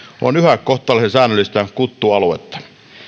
on yhä kohtalaisen säännöllistä kuttualuetta